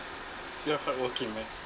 you're hardworking man